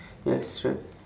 yes sure